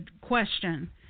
Question